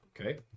Okay